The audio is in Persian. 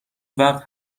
وقت